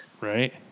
Right